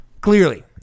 Clearly